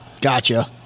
Gotcha